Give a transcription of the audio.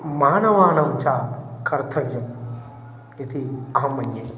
मानवानां च कर्तव्यम् इति अहं मन्ये